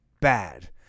bad